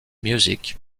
music